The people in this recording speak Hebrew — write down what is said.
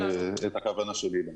אילן,